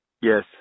Yes